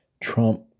Trump